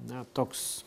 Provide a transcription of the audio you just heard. na toks